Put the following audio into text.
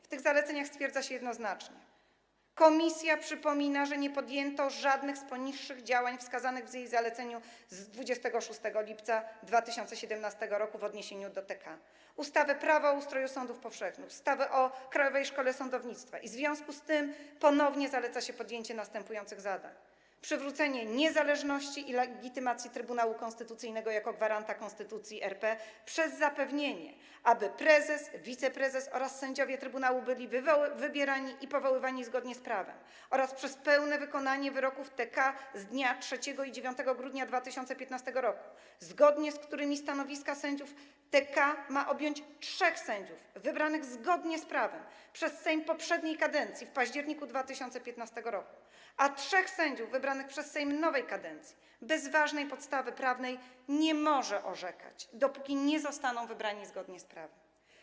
W tych zaleceniach stwierdza się jednoznacznie - Komisja przypomina - że nie podjęto żadnych z poniższych działań wskazanych w jej zaleceniu z 26 lipca 2017 r. w odniesieniu do TK, ustawy Prawo o ustroju sądów powszechnych, ustawy o Krajowej Szkole Sądownictwa, i w związku z tym ponownie zaleca się podjęcie następujących zadań: przywrócenie niezależności i legitymacji Trybunału Konstytucyjnego jako gwaranta Konstytucji RP przez zapewnienie, aby prezes, wiceprezes oraz sędziowie trybunału byli wybierani i powoływani zgodnie z prawem, oraz przez pełne wykonanie wyroków TK z dnia 3 i dnia 9 grudnia 2015 r., zgodnie z którymi stanowiska sędziów TK ma objąć trzech sędziów wybranych zgodnie z prawem przez Sejm poprzedniej kadencji w październiku 2015 r., a trzech sędziów wybranych przez Sejm nowej kadencji bez ważnej podstawy prawnej nie może orzekać, dopóki nie zostaną oni wybrani zgodnie z prawem.